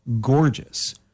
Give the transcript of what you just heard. gorgeous